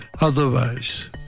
otherwise